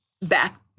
back